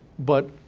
but.